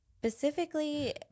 specifically